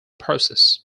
process